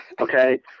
okay